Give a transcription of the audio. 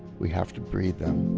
we have to breed them,